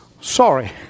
sorry